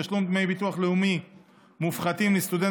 תשלום דמי ביטוח לאומי מופחתים לסטודנט